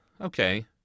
okay